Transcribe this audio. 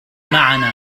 معنا